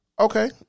Okay